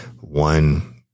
One